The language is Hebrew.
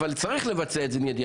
אבל צריך לבצע את זה מיידית.